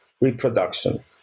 reproduction